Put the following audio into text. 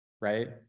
right